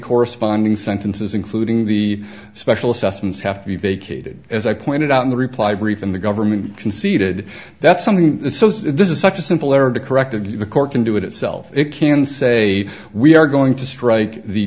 corresponding sentences including the special assessments have to be vacated as i pointed out in the reply brief in the government conceded that something this is such a simple error to corrected the court can do it itself it can say we are going to strike the